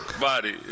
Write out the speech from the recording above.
body